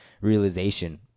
realization